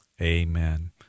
Amen